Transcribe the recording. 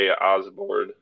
Osborne